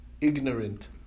ignorant